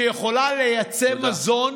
שיכולה לייצא מזון,